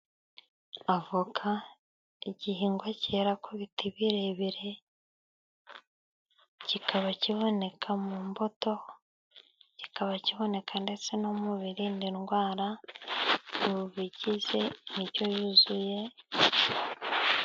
Avoka igihingwa cyera ku biti ibirebire kikaba kiboneka mu mbuto, kikaba kiboneka ndetse no mubirinda indwara mu bigize indyo yuzuye.